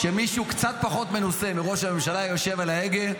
שמישהו קצת פחות מנוסה מראש הממשלה היה יושב ליד ההגה,